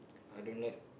I don't like